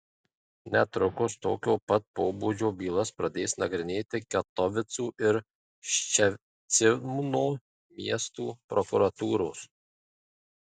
netrukus tokio pat pobūdžio bylas pradės nagrinėti katovicų ir ščecino miestų prokuratūros